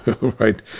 right